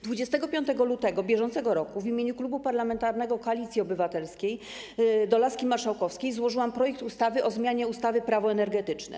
25 lutego br. w imieniu Klubu Parlamentarnego Koalicja Obywatelska do laski marszałkowskiej złożyłam projekt ustawy o zmianie ustawy - Prawo energetyczne.